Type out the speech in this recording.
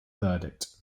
verdict